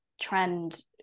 trend